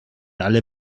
alle